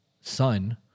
son